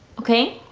okay?